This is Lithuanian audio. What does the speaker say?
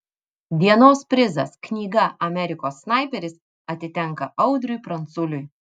dienos prizas knyga amerikos snaiperis atitenka audriui pranculiui